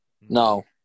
No